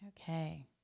Okay